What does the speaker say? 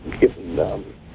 given